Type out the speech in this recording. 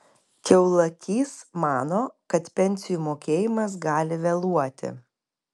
kiaulakys mano kad pensijų mokėjimas gali vėluoti